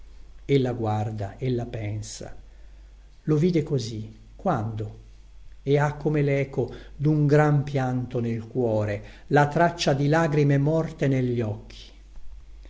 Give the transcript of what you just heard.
cieco ella guarda ella pensa lo vide così quando e ha come leco dun gran pianto nel cuore la traccia di lagrime morte negli occhi